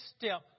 step